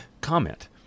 comment